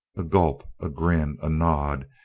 a gulp, a grin, a nod,